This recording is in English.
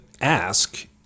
ask